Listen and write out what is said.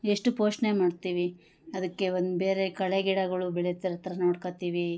ಎಷ್ಟು ಪೋಷಣೆ ಮಾಡ್ತಿವಿ ಅದಕ್ಕೆ ಒಂದು ಬೇರೆ ಕಳೆ ಗಿಡಗಳು ಬೆಳಿಯೋತರ್ತ್ರ ನೋಡ್ಕೋತೀವಿ